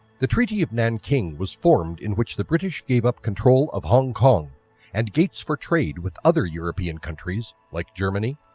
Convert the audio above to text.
the treaty of nanking was formed in which the british gave up control of hong kong and gates for trade with the other european countries like germany,